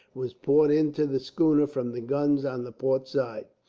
was poured into the schooner from the guns on the port side.